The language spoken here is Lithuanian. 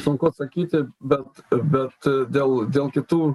sunku atsakyti bet bet dėl dėl kitų